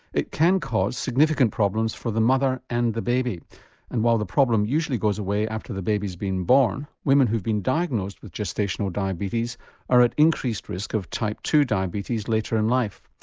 it can cause significant problems for the mother and the baby and while the problem usually goes away after the baby has been born, women who have been diagnosed with gestational diabetes are at increased risk of type two diabetes later in life.